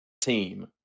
team